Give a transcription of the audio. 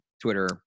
Twitter